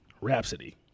Rhapsody